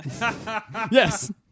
Yes